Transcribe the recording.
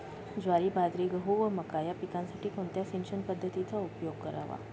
ज्वारी, बाजरी, गहू व मका या पिकांसाठी कोणत्या सिंचन पद्धतीचा उपयोग करावा?